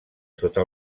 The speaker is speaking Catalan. sota